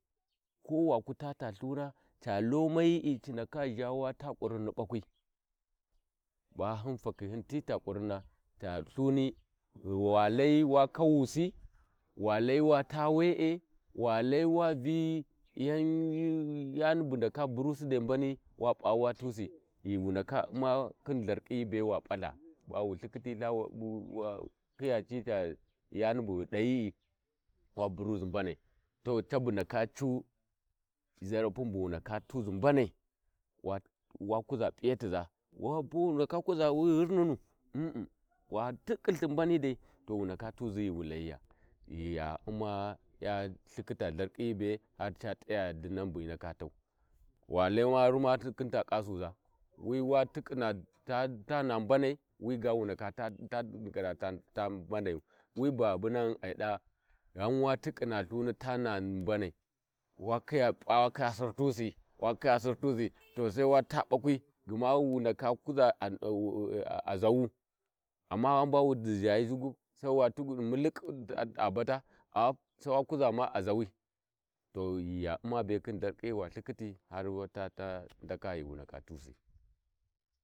﻿Ko Waku taa ta lhuna ca lomayi’i ci ndaka Zha wa taa ƙuƙinni ɓakwi ba hui fakhi hin ti ta ƙuin na ta lhuni Wa Layi Wa Kawusi Wa layi Wa taa Wee Wa lai’ Wa Vi gani bu ndaka burasi wa p’a wa tusi dai mbanai ghi wu ndaka uma khin lthakiyi be wa palha bu lhikitilla wu khija cica yani bugh dayi’i wa buraʒi mbanai ta cabu ndaka cu ʒaratun bu wu ndaka taʒi mbanai wa kuʒa p’iyatiʒa na wu ndaka kuʒa wi ghirnunu uuua wa tikhilhi mbani dai to wu ndaka tuʒa ghiwa layiga ghiya uma ya lthiki ta ltharkiyi be ha ca faya dinnan bu hi ndaka fau wa lai ma wa ruma khin ta ƙasuʒa wiwa fiƙina ta naa mbanai wigu wu ndaka tiƙina ta naa mbanayu wi babunghuni ai daa ghan wa tiƙina lthuni ta naa mbanai wa p’a wa khija sartusi wakiya Sartusi wa Sartusi to Sai wa taa ɓakwi to Sai wa taa bakwi gma wu ndaka kuʒa a a’u a ʒawu amma gha bawa zhayi zugub gudi mulik a bata Sai wa kuʒa ma a ʒawi to ghi uma khin lthakiyibe har ta ndaka ghi wa ndaka tusi.